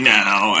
now